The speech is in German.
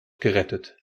gerettet